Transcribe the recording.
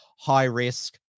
high-risk